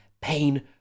pain